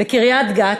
בקריית-גת,